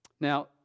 Now